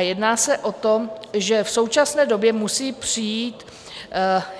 Jedná se o to, že v současné době musí přijít